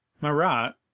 marat